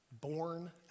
born